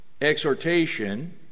exhortation